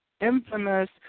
infamous